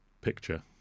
picture